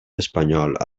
espanyol